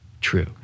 true